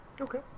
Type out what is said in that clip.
okay